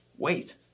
Wait